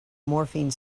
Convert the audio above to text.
morphine